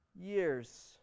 years